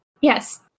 yes